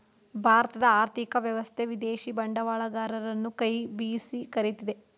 ಭಾರತದ ಆರ್ಥಿಕ ವ್ಯವಸ್ಥೆ ವಿದೇಶಿ ಬಂಡವಾಳಗರರನ್ನು ಕೈ ಬೀಸಿ ಕರಿತಿದೆ